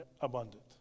abundant